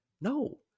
No